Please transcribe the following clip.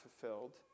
fulfilled